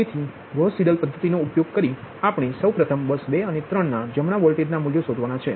તેથી Gauss Seidel પદ્ધતિનો ઉપયોગ કરી આપણે સૌ પ્રથમ બસ બે અને ત્રણ ના જમણા વોલ્ટેજના મૂલ્યો શોધવાના છે